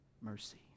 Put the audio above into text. mercy